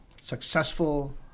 successful